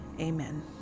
Amen